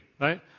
right